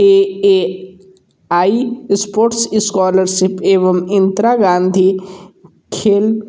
A A I sports scholarship एवं इंदिरा गांधी खेल